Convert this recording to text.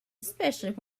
especially